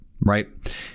Right